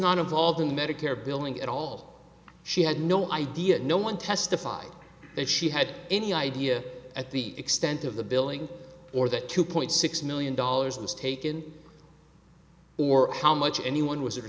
not involved in medicare billing at all she had no idea no one testified that she had any idea at the extent of the billing or that two point six million dollars was taken or how much anyone was